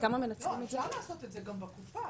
אפשר לעשות את זה גם בקופה.